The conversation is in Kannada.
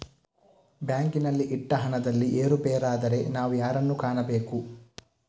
ಬ್ಯಾಂಕಿನಲ್ಲಿ ಇಟ್ಟ ಹಣದಲ್ಲಿ ಏರುಪೇರಾದರೆ ನಾವು ಯಾರನ್ನು ಕಾಣಬೇಕು?